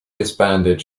disbanded